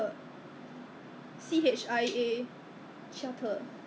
those that we miss lah ha it's because right now 就不可以 travel out mah 对吗